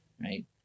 right